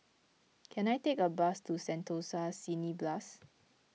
can I take a bus to Sentosa Cineblast